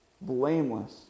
blameless